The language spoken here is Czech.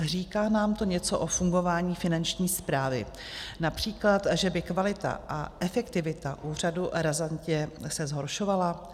Říká nám to něco o fungování Finanční správy, například, že by se kvalita a efektivita úřadu razantně zhoršovala?